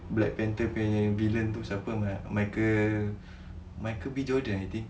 black panther nya villain tu siape michael michael B jordan I think